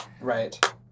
Right